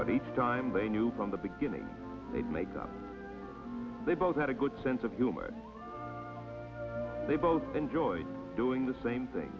but each time they knew from the beginning they'd make them they both had a good sense of humor they both enjoyed doing the same thing